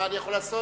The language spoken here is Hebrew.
מה אני יכול לעשות?